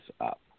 up